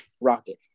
rocket